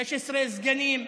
16 סגנים,